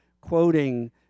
quoting